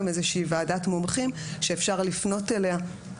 איזושהי ועדת מומחים שאפשר לפנות אליה,